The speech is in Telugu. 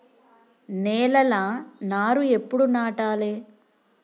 నేలలా నారు ఎప్పుడు నాటాలె?